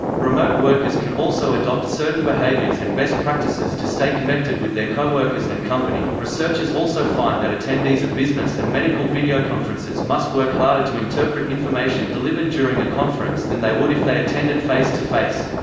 remote workers can also adopt certain behaviors and best practices to stay connected with their co-workers and company researchers also find that attendees of business and medical videoconferences must work harder to interpret information delivered during a conference than they would if they attended face-to-face.